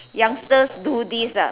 youngsters do this ah